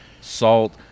salt